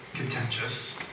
contentious